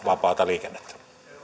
vapaata liikennettä